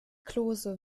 klose